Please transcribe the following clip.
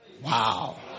Wow